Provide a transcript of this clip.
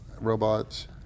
robots